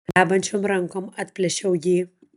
drebančiom rankom atplėšiau jį